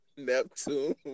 Neptune